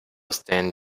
stand